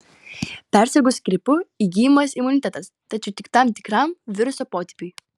persirgus gripu įgyjamas imunitetas tačiau tik tam tikram viruso potipiui